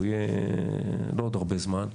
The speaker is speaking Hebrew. הוא יהיה לא עוד הרבה זמן,